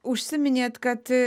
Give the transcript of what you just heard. užsiminėt kad